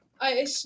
I-